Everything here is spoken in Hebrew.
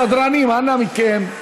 סדרנים, אנא מכם,